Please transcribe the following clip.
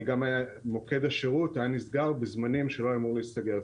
אלא גם מוקד השירות היה נסגר בזמנים שהוא לא היה אמור להיסגר.